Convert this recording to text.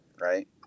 right